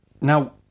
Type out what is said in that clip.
Now